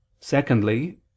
Secondly